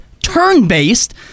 turn-based